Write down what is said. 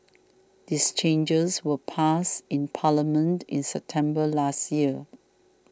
these changes were passed in Parliament in September last year